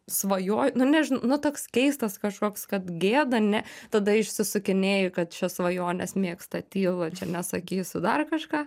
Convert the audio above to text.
svajoju nu nežinau nu toks keistas kažkoks kad gėda ne tada išsisukinėju kad čia svajones mėgsta tylu čia nesakysiu dar kažką